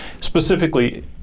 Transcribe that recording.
specifically